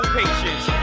patience